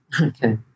Okay